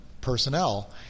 personnel